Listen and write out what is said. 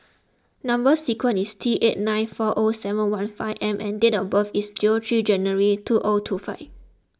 Number Sequence is T eight nine four O seven one five M and date of birth is three January two O two five